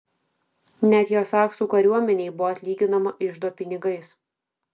net jo saksų kariuomenei buvo atlyginama iždo pinigais